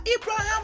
Abraham